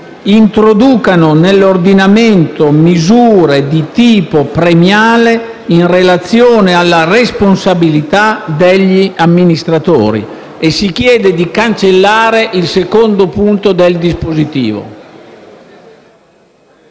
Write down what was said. «introducano nell'ordinamento misure di tipo premiale in relazione alla responsabilità degli amministratori». Si chiede inoltre di sopprimere il secondo punto del dispositivo.